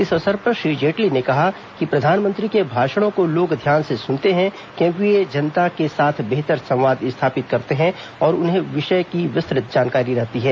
इस अवसर पर श्री जेटली ने कहा कि प्रधानमंत्री के भाषणों को लोग ध्यान से सुनते हैं क्योंकि वे जनता के साथ बेहतर संवाद स्थापित करते हैं और उन्हें विषय की विस्तृत जानकारी रहती है